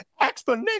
exponential